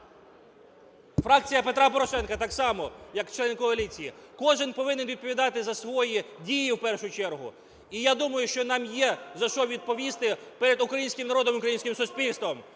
Фракція "Петра Порошенка" так само, як члени коаліції… Кожен повинен відповідати за свої дії, в першу чергу. І я думаю, що нам є за що відповісти перед українським народом і українським суспільством.